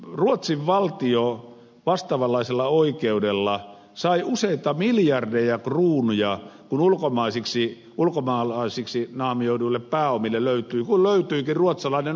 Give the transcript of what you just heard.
ruotsin valtio vastaavanalaisella oikeudella sai useita miljardeja kruunuja kun ulkomaalaisiksi naamioiduille pääomille löytyi kuin löytyikin ruotsalainen omistaja